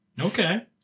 Okay